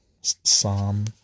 Psalm